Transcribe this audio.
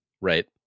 right